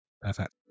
Perfect